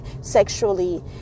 sexually